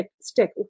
stick